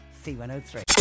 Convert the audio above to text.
c103